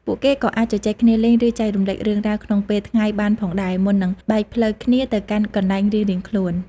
ពួកគេក៏អាចជជែកគ្នាលេងឬចែករំលែករឿងរ៉ាវក្នុងពេលថ្ងៃបានផងដែរ មុននឹងបែកផ្លូវគ្នាទៅកាន់កន្លែងរៀងៗខ្លួន។